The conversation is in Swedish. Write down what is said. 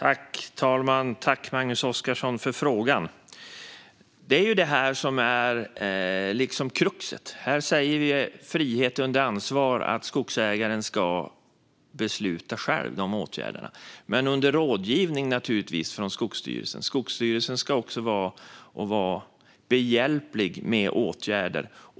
Fru talman! Tack, Magnus Oscarsson, för frågan! Detta är ju kruxet. Principen om frihet under ansvar säger att skogsägaren själv ska besluta om åtgärderna men naturligtvis med rådgivning från Skogsstyrelsen. Skogsstyrelsen ska också vara behjälplig med åtgärder.